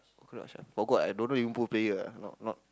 cannot sure forgot ah I don't know Liverpool player ah not not